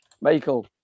Michael